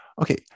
okay